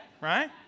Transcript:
Right